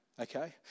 okay